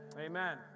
Amen